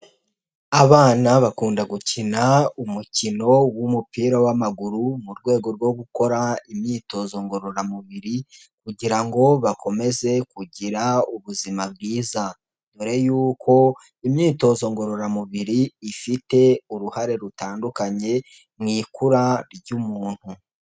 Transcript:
Abana bakunda gukina umukino w'umupira w'amaguru mu rwego rwo gukora imyitozo ngororamubiri kugira ngo bakomeze kugira ubuzima bwiza. Mbere y'uko imyitozo ngororamubiri ifite uruhare rutandukanye mu ikura ry'umuntu.